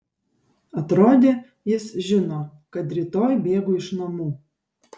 atrodė jis žino kad rytoj bėgu iš namų